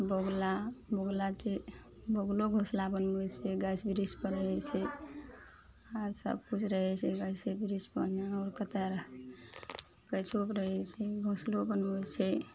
बगुला बगुला छै बगुलो घोसला बनबय छै गाछ वृक्षपर रहय छै आओर सबकिछु रहय छै गाछे वृक्षपर मे आओर कतय रह गाछोपर रहय छै घोसलो बनबय छै